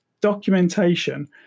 documentation